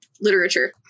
literature